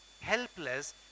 helpless